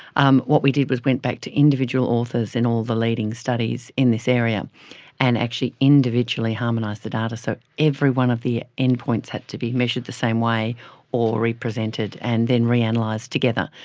um what we did was went back to individual authors in all the leading studies in this area and actually individually harmonised the data. so every one of the endpoints had to be measured the same way or re-presented and then reanalysed together.